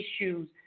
issues